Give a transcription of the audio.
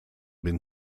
been